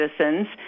citizens